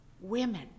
Women